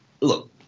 Look